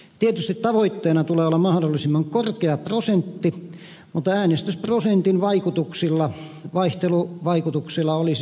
tietysti tavoitteena tulee olla mahdollisimman korkea prosentti mutta äänestysprosentin vaikutuksilla vaihtelu vaikutuksella olisi